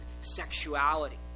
sexuality